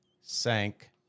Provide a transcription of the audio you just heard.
sank